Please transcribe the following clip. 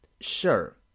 Sure